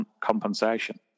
compensation